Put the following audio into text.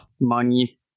money